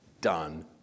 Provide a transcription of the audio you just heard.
done